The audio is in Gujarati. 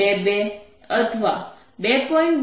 22 અથવા 2